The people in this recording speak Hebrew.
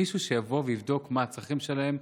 מישהו שיבוא ויבדוק מה הצרכים שלהם.